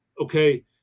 okay